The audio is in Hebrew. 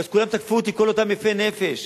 ואז כולם תקפו אותי, כל אותם יפי נפש.